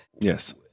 Yes